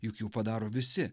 juk jų padaro visi